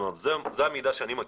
זה המידע שאני מכיר.